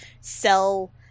sell